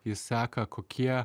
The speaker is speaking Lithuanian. jis seka kokie